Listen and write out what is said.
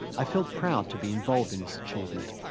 i felt proud to be involved in this achievement.